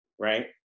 right